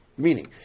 Meaning